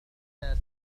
متى